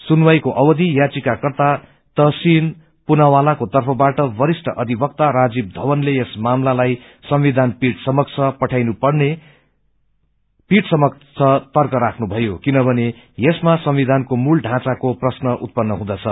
सुनवाईको अवधि याधिकाकर्ता तहसीन पुनावालाको तंफबाट वरिष्ठ अधिवक्ता राजीव धवनले यस मामलालाई संविधानपीठ समक्ष पठाइनुपर्ने पीठ समक्ष र्तक राख्नुथयो कनभने यसमा संविधानको मूल ढौँचाको प्रश्न उत्पन्न हुँदछ